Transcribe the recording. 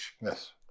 Yes